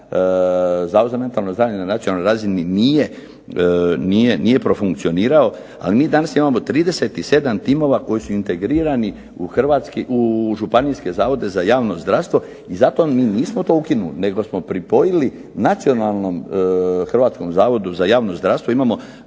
za mentalno zdravlje na nacionalnoj razini nije profunkcionirao. Ali mi danas imamo 37 timova koji su integrirani u Županijske zavode za javno zdravstvo i zato mi nismo to ukinuli, nego smo pripojili nacionalnom Hrvatskom zavodu za javno zdravstvo. Imamo